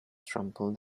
trample